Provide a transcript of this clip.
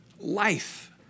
life